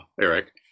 eric